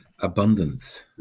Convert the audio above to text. abundance